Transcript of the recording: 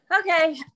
Okay